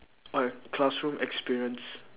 oh classroom experience